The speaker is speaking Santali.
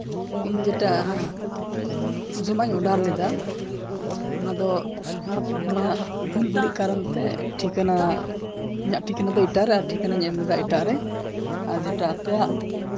ᱤᱧ ᱡᱮᱴᱟ ᱡᱚᱢᱟᱜ ᱤᱧ ᱚᱰᱟᱨ ᱞᱮᱫᱟ ᱚᱱᱟᱫᱚ ᱤᱧᱟᱹᱜ ᱵᱷᱩᱞ ᱵᱟᱹᱲᱤᱡ ᱠᱟᱨᱚᱱᱛᱮ ᱴᱷᱤᱠᱟᱹᱱᱟ ᱤᱧᱟᱹᱜ ᱴᱷᱤᱠᱟᱹᱱᱟ ᱫᱚ ᱮᱴᱟᱜ ᱨᱮ ᱟᱨ ᱴᱷᱤᱠᱟᱹᱱᱟᱧ ᱮᱢ ᱞᱮᱫᱟ ᱮᱴᱟᱜ ᱨᱮ ᱟᱨ ᱡᱮᱴᱟ ᱟᱯᱮᱭᱟᱜ